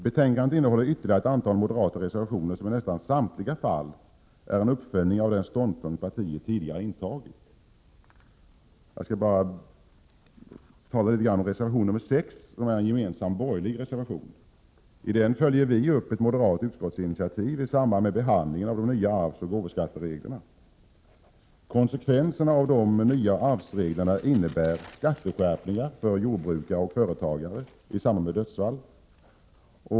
Betänkandet innehåller ytterligare ett antal moderata reservationer som i nästan samtliga fall är en uppföljning av den ståndpunkt partiet tidigare intagit. Reservation nr 6 är en gemensam borgerlig reservation. I den följer vi upp ett moderat utskottsinitiativ i samband med behandlingen av de nya arvsoch gåvoskattereglerna. Konsekvenserna av de nya arvsreglerna innebär skatteskärpningar för jordbrukare och företagare i samband med dödsfall.